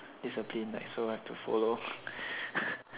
is a game like so have to follow